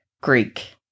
Greek